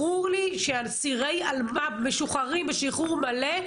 ברור לי שאסירי אלמ"ב משוחררים בשחרור מלא,